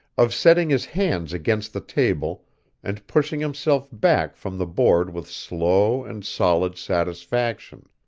of setting his hands against the table and pushing himself back from the board with slow and solid satisfaction.